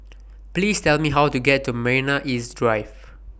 Please Tell Me How to get to Marina East Drive